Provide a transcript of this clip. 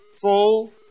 full